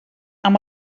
amb